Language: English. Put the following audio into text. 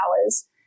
hours